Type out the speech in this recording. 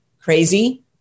Crazy